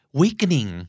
weakening